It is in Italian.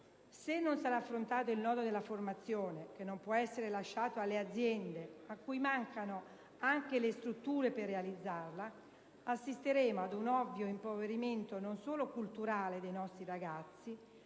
Se non sarà affrontato il nodo della formazione, che non può essere lasciato alle aziende, a cui mancano anche le strutture per realizzarla, assisteremo ad un ovvio impoverimento non solo culturale dei nostri ragazzi,